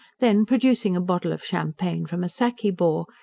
then, producing a bottle of champagne from a sack he bore,